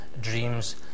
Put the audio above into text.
dreams